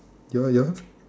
your your